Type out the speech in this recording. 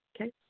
Okay